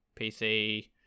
PC